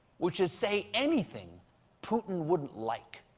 which is say anything putin wouldn't like,